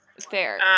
Fair